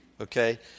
okay